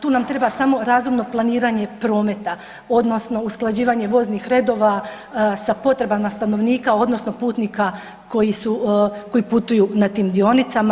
Tu nam treba samo razumno planiranje prometa odnosno usklađivanje voznih redova sa potrebama stanovnika odnosno putnika koji su, koji putuju na tim dionicama.